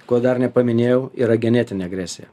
ko dar nepaminėjau yra genetinė agresija